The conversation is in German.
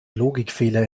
logikfehler